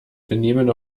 benehmen